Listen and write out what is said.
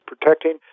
protecting